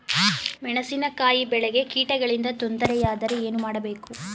ಮೆಣಸಿನಕಾಯಿ ಬೆಳೆಗೆ ಕೀಟಗಳಿಂದ ತೊಂದರೆ ಯಾದರೆ ಏನು ಮಾಡಬೇಕು?